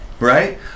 right